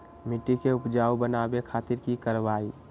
मिट्टी के उपजाऊ बनावे खातिर की करवाई?